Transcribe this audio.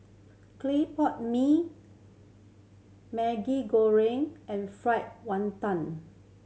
clay pot mee Maggi Goreng and fried wanton